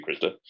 Krista